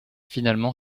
finalement